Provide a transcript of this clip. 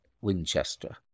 Winchester